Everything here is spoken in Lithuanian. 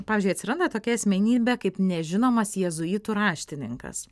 pavyzdžiui atsiranda tokia asmenybė kaip nežinomas jėzuitų raštininkas